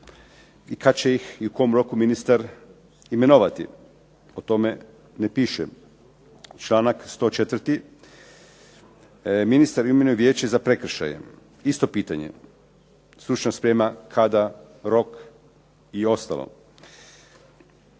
i kad će ih i u kojem roku ministar imenovati. O tome ne piše. Članak 104. ministar imenuje Vijeće za prekršaje. Isto pitanje, stručna sprema, kada, rok, i ostalo.